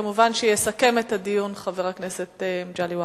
מובן שיסכם את הדיון חבר הכנסת מגלי והבה.